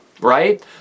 right